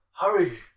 Hurry